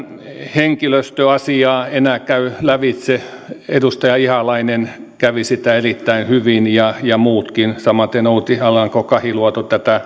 henkilöstöasiaa enää käy lävitse edustaja ihalainen kävi sitä erittäin hyvin ja ja muutkin samaten outi alanko kahiluoto tätä